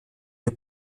wir